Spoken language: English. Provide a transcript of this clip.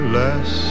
less